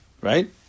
right